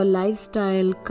lifestyle